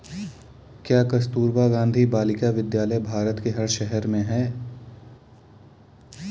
क्या कस्तूरबा गांधी बालिका विद्यालय भारत के हर शहर में है?